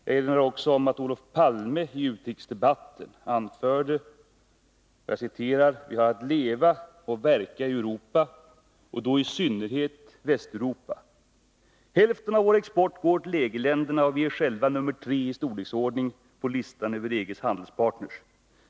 Jag erinrar också om att Olof Palme i utrikesdebatten anförde: ”Vi har att leva och verka i Europa, och då i synnerhet Västeuropa. Hälften av vår export går till EG-länderna, och vi är själva nummer tre i storleksordning på listan över EG:s handelspartner.